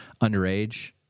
underage